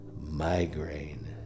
Migraine